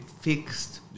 fixed